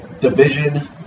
division